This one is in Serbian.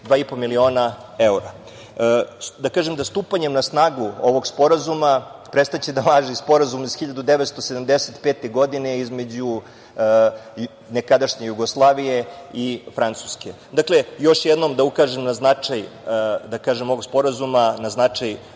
2,5 miliona evra. Stupanjem na snagu ovog sporazuma prestaće da važi Sporazum iz 1975. godine između nekadašnje Jugoslavije i Francuske. Dakle, još jednom da ukažem na značaj ovog sporazuma, na značaj